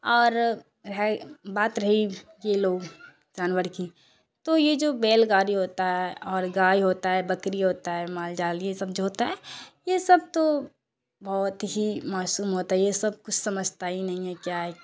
اور ہے بات رہی کہ یہ لوگ جانور کی تو یہ جو بیل گاڑی ہوتا ہے اور گائے ہوتا ہے بکری ہوتا ہے مال جال یہ سب جو ہوتا ہے یہ سب تو بہت ہی معصوم ہوتا ہے یہ سب کچھ سمجھتا ہی نہیں ہے کیا ہے